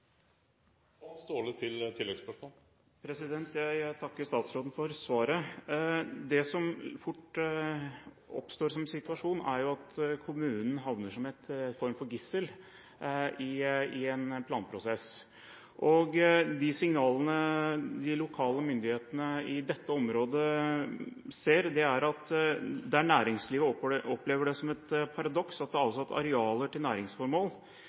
Jeg takker statsråden for svaret. Det som fort oppstår som situasjon, er jo at kommunen blir en form for gissel i en planprosess. De signalene de lokale myndighetene i dette området ser, er at næringslivet opplever det som et paradoks at det er avsatt arealer til næringsformål,